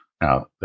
Now